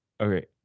Okay